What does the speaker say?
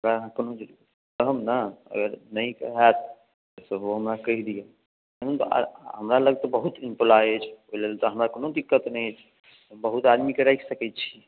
हमरा अहाँ कोनो चीज कहब ने अगर नहि हैत सेहो हमरा कहि दिअ हमरा लग तऽ बहुत इम्प्लोइ अछि ओहि लेल तऽ हमरा कोनो दिक्कत नहि अछि बहुत आदमीके राखि सकैत छी